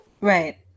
right